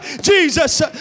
Jesus